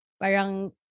Parang